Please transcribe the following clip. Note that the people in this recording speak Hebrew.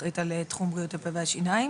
אחראית על תחום בריאות הפה והשיניים,